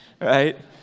right